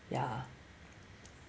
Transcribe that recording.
ya